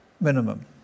minimum